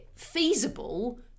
feasible